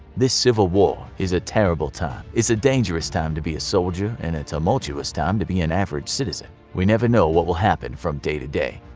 this civil war is a terrible time. it is a dangerous time to be a soldier and a tumultuous time to be an average citizen. we never know what will happen from day to day.